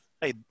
hey